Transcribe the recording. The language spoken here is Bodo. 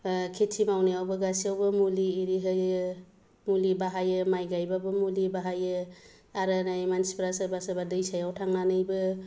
खेति मावनायावबो गोसैयावबो मुलि ओरि होयो मुलि बाहायो माइ गायबाबो मुलि बाहायो आरो नै मानसिफोरा सोरबो सोरबा दैसायाव थांनानैबो